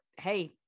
hey